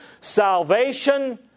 salvation